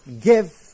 give